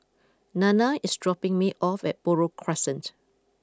Nanna is dropping me off at Buroh Crescent